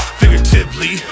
figuratively